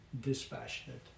dispassionate